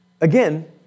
again